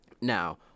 Now